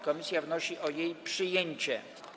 Komisja wnosi o jej przyjęcie.